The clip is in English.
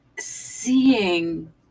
Seeing